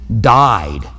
died